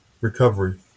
recovery